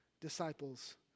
disciples